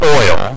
oil